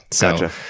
gotcha